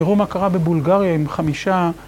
‫ברומא קרה בבולגריה עם חמישה...